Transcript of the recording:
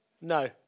No